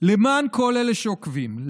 למען כל אלה שעוקבים,